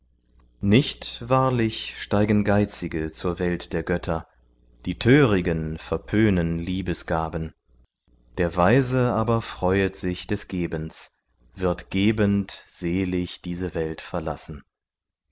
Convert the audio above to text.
nicht wahrlich steigen geizige zur welt der götter die törigen verpönen liebesgaben der weise aber freuet sich des gebens wird gebend selig diese welt verlassen